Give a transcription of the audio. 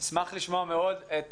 אשמח לשמוע מאוד את